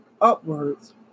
upwards